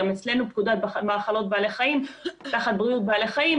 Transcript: גם אצלנו פקודת מאכלות בעלי חיים תחת בריאות בעלי חיים,